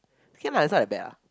okay lah it's not that bad lah